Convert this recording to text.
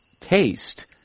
taste